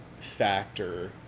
factor